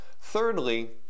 Thirdly